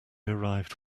arrived